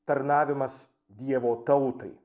tarnavimas dievo tautai